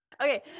Okay